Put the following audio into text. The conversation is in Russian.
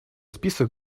список